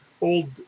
old